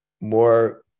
more